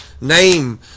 name